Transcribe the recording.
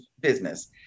business